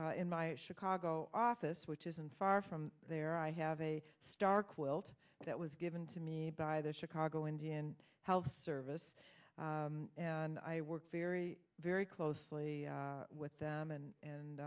in my chicago office which isn't far from there i have a star quilt that was given to me by the chicago indian health service and i work very very closely with them and and